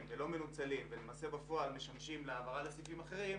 ולא מנוצלים ומועברים לסעיפים אחרים,